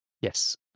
Yes